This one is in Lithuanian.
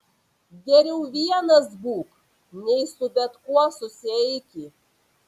geriau vienas būk nei su bet kuo susieiki